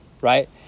right